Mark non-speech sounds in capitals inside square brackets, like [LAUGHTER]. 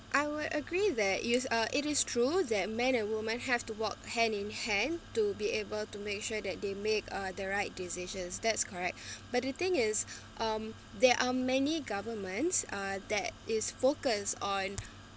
I would agree that use uh it is true that men and women have to walk hand in hand to be able to make sure that they make uh the right decisions that's correct [BREATH] but the thing is [BREATH] um there are many governments uh that is focused on